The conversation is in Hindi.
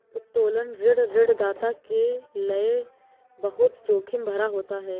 उत्तोलन ऋण ऋणदाता के लये बहुत जोखिम भरा होता है